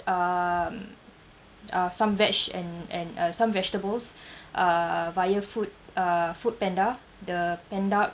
um uh some veg and and uh some vegetables uh via food uh Foodpanda the panda